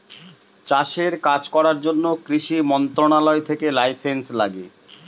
চাষের কাজ করার জন্য কৃষি মন্ত্রণালয় থেকে লাইসেন্স লাগে